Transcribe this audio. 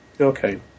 Okay